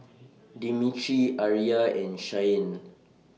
Demetri Aria and Shyanne